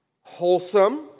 wholesome